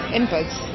inputs